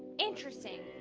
interesting.